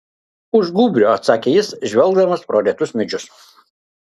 už gūbrio atsakė jis žvelgdamas pro retus medžius